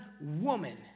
woman